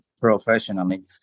professionally